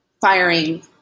Firing